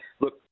look